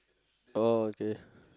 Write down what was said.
oh okay